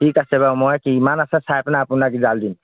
ঠিক আছে বাৰু মই কিমান আছে চাই পেলাই আপোনাক ৰিজাল্ট দিম